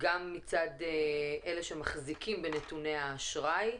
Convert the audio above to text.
מצד אלה שמחזיקים בנתוני האשראי.